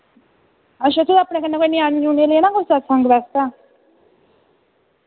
अच्छा तुसैं अपने कन्नै कोई न्याने न्यूने लेना फिर सतसंग वास्तै